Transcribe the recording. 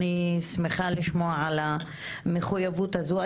אני שמחה לשמוע על המחויבות הזו.